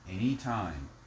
Anytime